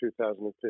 2015